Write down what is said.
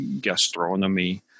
gastronomy